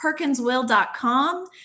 Perkinswill.com